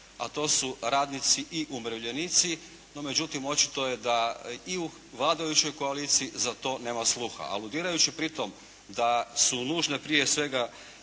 a to su radnici i umirovljenici, no međutim očito je da i u vladajućoj koaliciji za to nema sluha. Aludirajući pri tom da su nužne prije svega